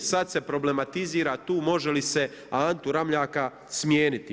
Sad se problematizira tu može li se Antu Ramljaka smijeniti.